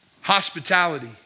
Hospitality